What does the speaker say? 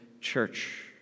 church